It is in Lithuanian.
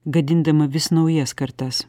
gadindama vis naujas kartas